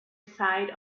side